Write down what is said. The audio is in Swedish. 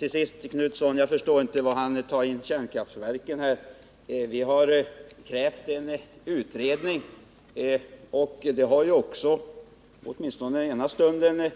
Herr talman! Jag förstår inte varför Göthe Knutson tar upp kärnkraftverken. Vi har krävt en utredning, och till denna har Göthe Knutson anslutit sig åtminstone den ena stunden.